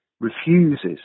refuses